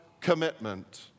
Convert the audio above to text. commitment